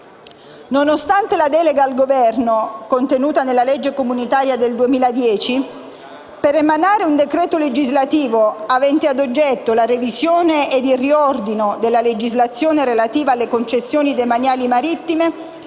Nonostante la delega al Governo, contenuta nella legge comunitaria del 2010, per emanare un decreto legislativo avente ad oggetto la revisione e il riordino della legislazione relativa alle concessioni demaniali marittime,